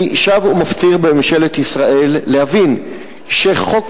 אני שב ומפציר בממשלת ישראל להבין שחוק